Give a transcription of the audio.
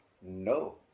No